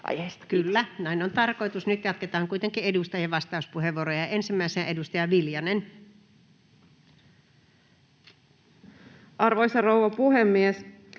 Kyllä, näin on tarkoitus. — Nyt jatketaan kuitenkin edustajien vastauspuheenvuoroja, ja ensimmäisenä edustaja Viljanen. [Speech 64] Speaker: